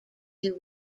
two